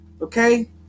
okay